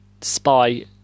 spy